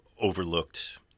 overlooked